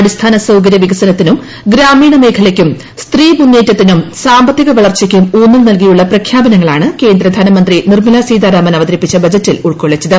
അടിസ്ഥാന സൌകരൃ വികസനത്തിനും ഗ്രാമീണ മേഖലയ്ക്കും സ്ത്രീ മുന്നേറ്റത്തിനും സാമ്പത്തിക വളർച്ചയ്ക്കും ഊന്നൽ നൽകിയുള്ള പ്രഖ്യാപനങ്ങളാണ് കേന്ദ്ര ധനമന്ത്രി നിർമലാ സീതാരാമൻ അവതരിപ്പിച്ച ബജറ്റിൽ ഉൾക്കൊള്ളിച്ചത്